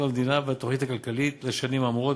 המדינה והתוכנית הכלכלית לשנים האמורות,